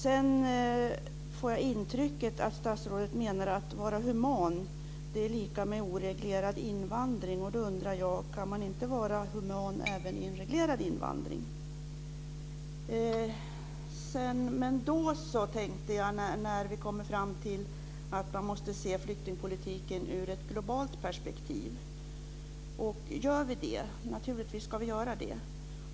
Sedan får jag intrycket att statsrådet menar att detta att vara human är lika med oreglerad invandring. Då undrar jag: Kan man inte vara human även med en reglerad invandring? Vi ska naturligtvis se flyktingpolitiken ur ett globalt perspektiv.